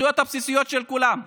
הזכויות הבסיסיות של כולם,